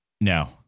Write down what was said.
No